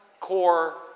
core